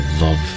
love